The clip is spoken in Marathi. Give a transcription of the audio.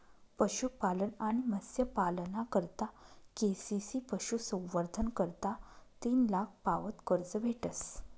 पशुपालन आणि मत्स्यपालना करता के.सी.सी पशुसंवर्धन करता तीन लाख पावत कर्ज भेटस